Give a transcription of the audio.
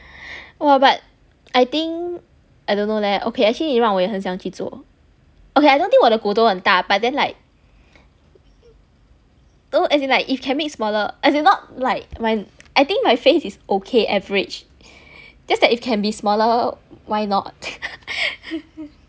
!wah! but I think I don't know leh okay actually 你让我也很想去做 okay I don't think 我的骨头很大 but then like no as in like if can make smaller as in not like my I think my face is okay average just that it can be smaller why not